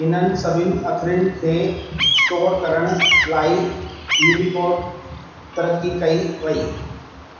इन्हनि सभिनि अख़रनि खे स्टोर करण लाइ यूनिकोड तरक़ी कई वई